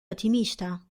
otimista